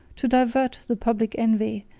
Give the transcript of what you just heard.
to divert the public envy,